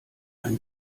ein